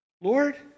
Lord